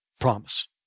Promise